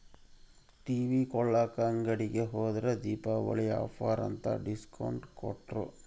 TV ಕೊಳ್ಳಾಕ ಅಂಗಡಿಗೆ ಹೋದ್ರ ದೀಪಾವಳಿ ಆಫರ್ ಅಂತ ಡಿಸ್ಕೌಂಟ್ ಕೊಟ್ರು